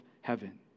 heaven